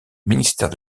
ministère